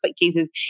cases